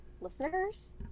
Listeners